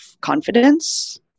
confidence